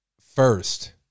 first